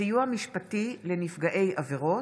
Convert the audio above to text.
(סיוע משפטי לנפגעי עבירות),